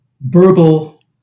verbal